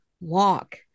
walk